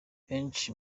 benshi